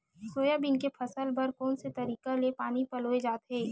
Soybean के फसल बर कोन से तरीका ले पानी पलोय जाथे?